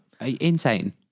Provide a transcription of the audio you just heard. Insane